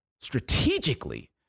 strategically